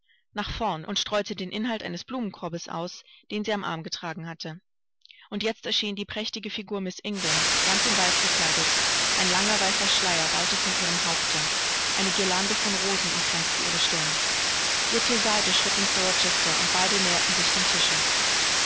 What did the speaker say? nach vorn und streute den inhalt eines blumenkorbes aus den sie am arm getragen hatte und jetzt erschien die prächtige figur miß ingrams ganz in weiß gekleidet ein langer weißer schleier wallte von ihrem haupte eine guirlande von rosen umkränzte ihre stirn ihr zur seite schritt mr rochester und beide näherten sich dem tische